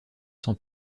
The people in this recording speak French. sans